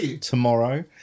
tomorrow